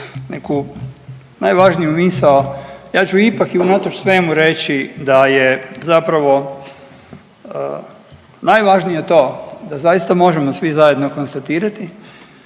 neku najvažniju misao, ja ću ipak i unatoč svemu reći da je zapravo najvažnije to da zaista možemo svi zajedno konstatirati